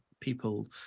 people